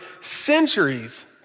centuries